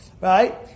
Right